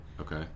Okay